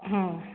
ହଁ